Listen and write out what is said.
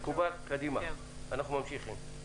אם כך, נמשיך.